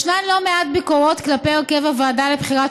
ישנן לא מעט ביקורות כלפי הרכב הוועדה לבחירת